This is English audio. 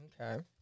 Okay